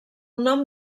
nom